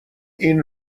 این